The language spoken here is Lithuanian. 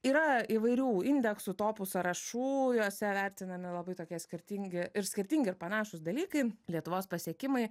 yra įvairių indeksų topų sąrašų juose vertinami labai tokie skirtingi ir skirtingi ir panašūs dalykai lietuvos pasiekimai